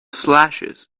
slashes